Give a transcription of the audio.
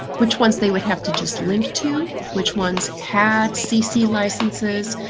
which ones they would have to just link to, which ones had cc licenses,